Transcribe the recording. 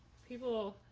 people.